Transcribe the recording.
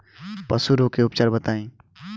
पशु रोग के उपचार बताई?